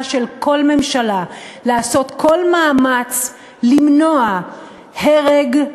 של כל ממשלה לעשות כל מאמץ למנוע הרג,